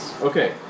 Okay